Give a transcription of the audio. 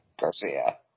Garcia